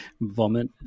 vomit